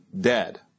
dead